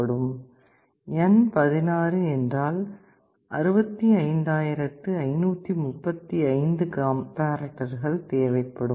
n 16 என்றால் 65535 கம்பேர்ரேட்டர்கள் தேவைப்படும்